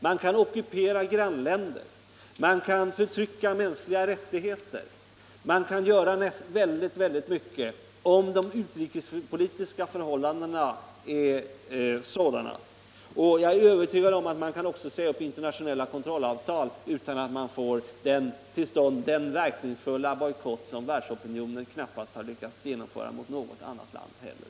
Man kan ockupera grannländer, man kan förtrycka mänskliga rättigheter och mycket annat, om de utrikespolitiska förhållandena är sådana. Jag är övertygad om att man också kan säga upp internationella kontrollavtal utan att utlösa den verkningsfulla bojkott som världsopinionen knappast lyckats genomföra mot något annat land heller.